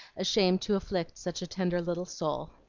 ashamed to afflict such a tender little soul.